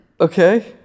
Okay